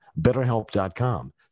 BetterHelp.com